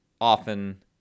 often